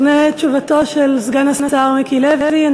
לפני תשובתו של סגן השר מיקי לוי אני